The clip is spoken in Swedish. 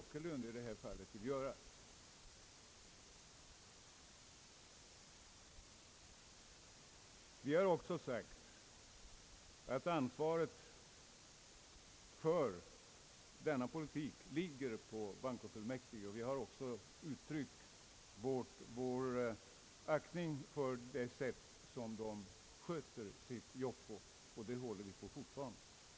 Utskottet säger att ansvaret för denna politik ligger hos bankofullmäktige, och vi har uttryckt vår aktning för det sätt på vilket de sköter sitt arbete. Detta står vi fortfarande fast vid.